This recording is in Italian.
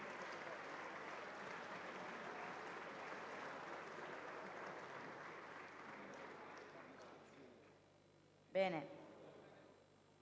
bene.